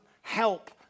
help